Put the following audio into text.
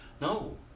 No